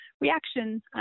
reaction